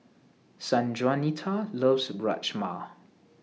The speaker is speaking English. Sanjuanita loves Rajma